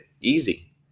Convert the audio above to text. easy